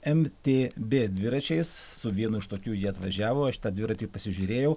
mtb dviračiais su vienu iš tokių jie atvažiavo aš tą dviratį pasižiūrėjau